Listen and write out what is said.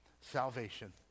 Salvation